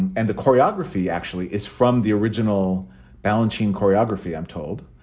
and the choreography actually is from the original balanchine choreography, i'm told,